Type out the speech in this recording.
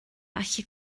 allu